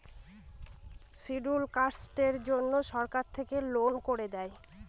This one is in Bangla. শিডিউল্ড কাস্টের জন্য সরকার থেকে লোন করে দেয়